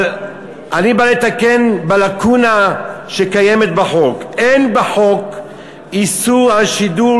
אבל אני בא לתקן לקונה בחוק: אין בחוק איסור על שידול